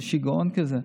זה שיגעון כזה.